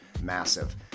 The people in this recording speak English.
massive